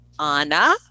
Anna